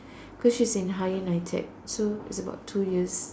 cause she's in higher Nitec so it's about two years